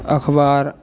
अखबार